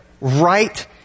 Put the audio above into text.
right